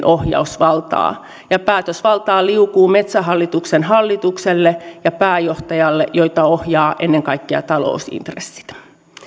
ohjausvaltaa ja päätösvaltaa liukuu metsähallituksen hallitukselle ja pääjohtajalle joita ohjaavat ennen kaikkea talousintressit